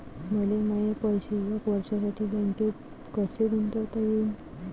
मले माये पैसे एक वर्षासाठी बँकेत कसे गुंतवता येईन?